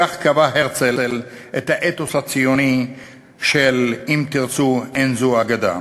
בכך קבע הרצל את האתוס הציוני של "אם תרצו אין זאת אגדה".